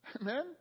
Amen